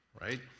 Right